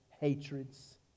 hatreds